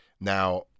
Now